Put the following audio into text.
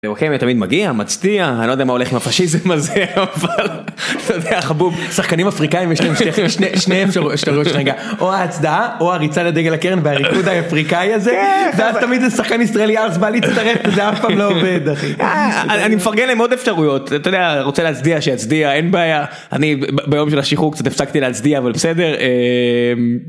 תמיד מגיע מצדיע אני לא יודע מה הולך עם הפשיזם הזה. חבוב שחקנים אפריקאים יש להם שני אפשרויות, או ההצדעה או הריצה לדגל הקרן והריקוד האפריקאי הזה, תמיד זה שחקן ישראלי ערס בא להצטרף וזה אף פעם לא עובד, אני מפרגן להם עוד אפשרויות, רוצה להצדיע שיצדיע אין בעיה, אני ביום של השחרור קצת הפסקתי להצדיע אבל בסדר.